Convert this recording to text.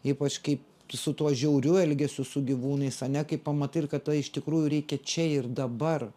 ypač kaip su tuo žiauriu elgesiu su gyvūnais ane kai pamatai ir kad tai iš tikrųjų reikia čia ir dabar